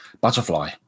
butterfly